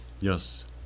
Yes